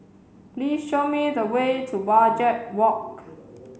please show me the way to Wajek Walk